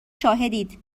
شاهدید